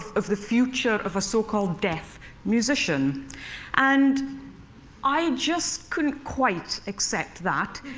of the future of a so-called deaf musician and i just couldn't quite accept that.